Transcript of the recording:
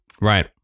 right